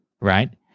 right